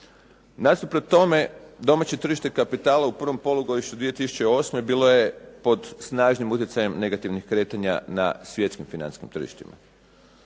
Nasuprot tome, domaće tržište kapitala u prvom polugodištu 2008. bilo je pod snažnim utjecajem negativnih kretanja na svjetskim financijskim tržištima,